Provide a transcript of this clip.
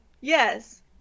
Yes